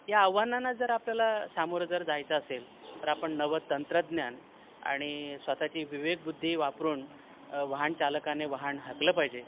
या आव्हानांना जर आपल्याला सामोरं जर जायचं असेल तर आपण नवं तंत्रज्ञान आणि स्वतःची विवेक बुद्धी वापरून वाहनचालकाने वाहन हाकलं पाहिजे